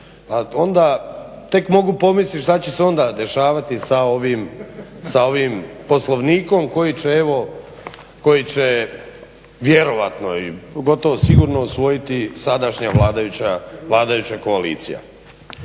onda tek mogu pomisliti šta će se onda dešavati sa ovim poslovnikom koji će vjerojatno i gotovo sigurno usvojiti sadašnja vladajuća koalicija.